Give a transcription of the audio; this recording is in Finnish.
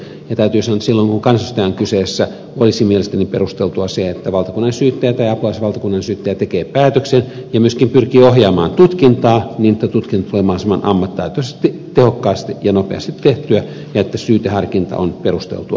ja täytyy sanoa että silloin kun kansanedustaja on kyseessä olisi mielestä ni perusteltua se että valtakunnansyyttäjä tai apulaisvaltakunnansyyttäjä tekee päätöksen ja myöskin pyrkii ohjaamaan tutkintaa niin että tutkinta tulee mahdollisimman ammattitaitoisesti tehokkaasti ja nopeasti tehtyä ja että syyteharkinta on perusteltua ja huolellista